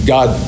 God